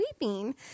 weeping